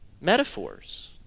metaphors